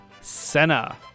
Senna